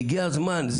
והגיע הזמן,